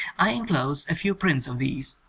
i enclose a few prints of these.